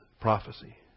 prophecy